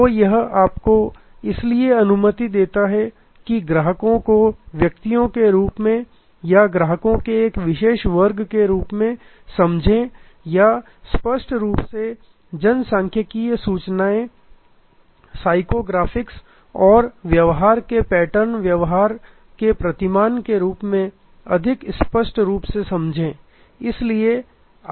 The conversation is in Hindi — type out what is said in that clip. तो यह आपको इसलिए अनुमति देता है कि ग्राहकों को व्यक्तियों के रूप में या ग्राहक को एक विशेष वर्ग के रूप में समझें या या स्पष्ट रूप में जनसांख्यिकी सूचनाएं साइको ग्राफिक्स और व्यवहार के पैटर्न द्वारा व्यवहार के प्रतिमान के रूप में अधिक स्पष्ट रूप से समझें